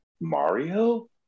Mario